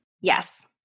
Yes